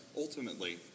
ultimately